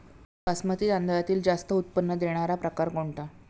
बासमती तांदळातील जास्त उत्पन्न देणारा प्रकार कोणता?